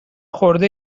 خورده